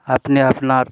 আপনি আপনার